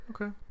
Okay